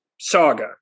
saga